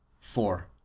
Four